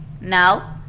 Now